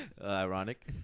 Ironic